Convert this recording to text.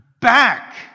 back